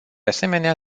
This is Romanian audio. asemenea